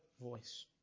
voice